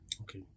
Okay